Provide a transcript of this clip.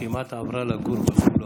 שכמעט עברה לגור בחולון.